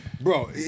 Bro